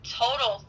total